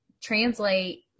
translate